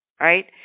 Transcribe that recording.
right